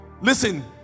Listen